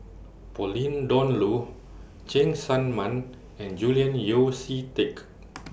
Pauline Dawn Loh Cheng Tsang Man and Julian Yeo See Teck